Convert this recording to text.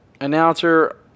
announcer